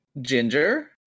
Ginger